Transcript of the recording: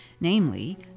namely